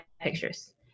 pictures